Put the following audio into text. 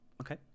Okay